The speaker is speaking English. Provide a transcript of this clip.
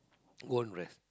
own rest